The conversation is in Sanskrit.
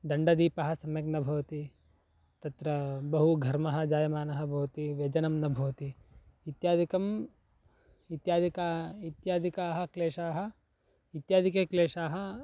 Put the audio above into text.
दण्डदीपः सम्यक् न भवति तत्र बहुघर्मः जायमानः भवति व्यजनं न भवति इत्यादिकम् इत्यादिकाः इत्यादिकाः क्लेशाः इत्यादिकक्लेशाः